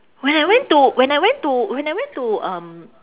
when I went to when I went to when I went to um